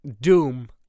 Doom